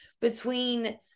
between-